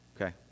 okay